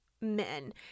men